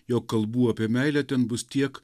jog kalbų apie meilę ten bus tiek